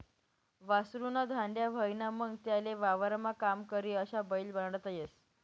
वासरु ना धांड्या व्हयना का मंग त्याले वावरमा काम करी अशा बैल बनाडता येस